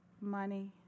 money